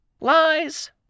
Lies